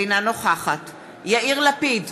אינה נוכחת יאיר לפיד,